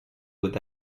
would